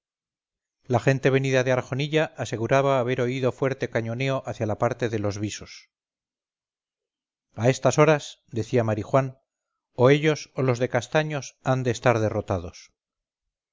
la gente venida de arjonilla aseguraba haber oído fuerte cañoneo hacia la parte de los visos a estas horas decía marijuán o ellos o los de castaños han de estar derrotados